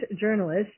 journalist